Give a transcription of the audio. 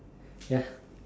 ya